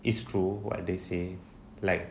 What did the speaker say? it's true what they say like